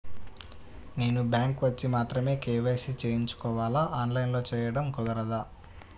నేను బ్యాంక్ వచ్చి మాత్రమే కే.వై.సి చేయించుకోవాలా? ఆన్లైన్లో చేయటం కుదరదా?